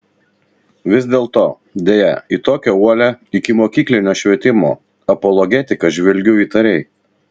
vis dėlto deja į tokią uolią ikimokyklinio švietimo apologetiką žvelgiu įtariai